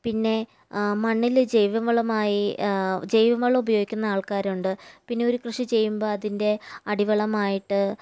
പിന്നെ മണ്ണില് ജൈവ വളമായി ജൈവ വളം ഉപയോഗിക്കുന്ന ആൾക്കാരുണ്ട് പിന്നെ ഒരു കൃഷി ചെയ്യുമ്പോൾ അതിൻ്റെ അടിവളമായിട്ട്